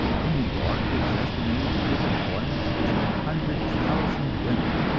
in new york it is estimated to give employment to two hundred thousand women,